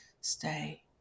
stay